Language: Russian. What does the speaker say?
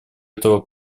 этого